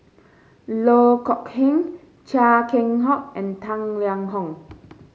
Loh Kok Heng Chia Keng Hock and Tang Liang Hong